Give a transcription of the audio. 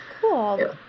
cool